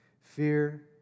Fear